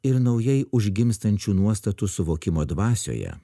ir naujai užgimstančių nuostatų suvokimo dvasioje